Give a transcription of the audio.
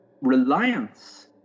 reliance